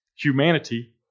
humanity